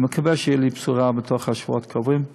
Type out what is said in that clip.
אני מקווה שתהיה לי בשורה בשבועות הקרובים.